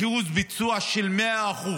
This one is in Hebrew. אחוז ביצוע של 100%,